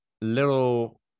little